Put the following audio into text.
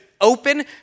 open